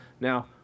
Now